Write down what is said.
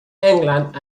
england